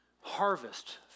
harvest